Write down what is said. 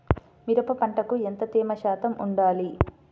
మిరప పంటకు ఎంత తేమ శాతం వుండాలి?